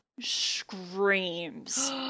screams